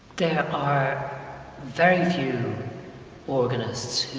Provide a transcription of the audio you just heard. there are very few organists